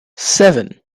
seven